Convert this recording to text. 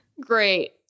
Great